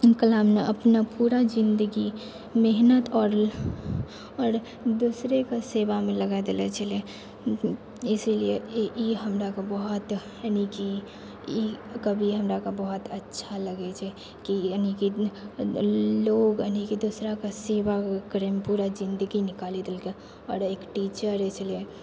APJ Abdul Kalam अपना पूरा जिन्दगी मेहनत आओर दोसरेके सेवामे लगा देने छलै इसीलिए ई हमराके बहुत यानी कि ई कवि हमराके बहुत अच्छा लगै छै कि लोक दोसराके सेवा करैमे पूरा जिन्दगी निकालि देलकै आओर एक टीचर छलै